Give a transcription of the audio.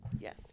Yes